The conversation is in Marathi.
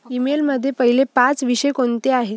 ईमेलमधे पहिले पाच विषय कोणते आहेत